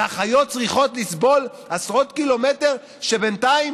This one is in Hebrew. והחיות צריכות לסבול קילומטרים כשבינתיים